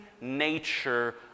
nature